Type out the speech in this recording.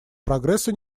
прогресса